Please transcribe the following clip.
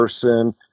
person